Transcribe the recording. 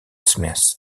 smith